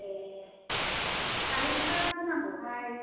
ए खारै एफा होनांगौहाय